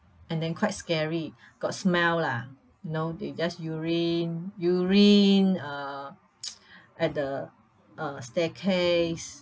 and then quite scary got smell lah you know they just urine urine uh at the uh staircase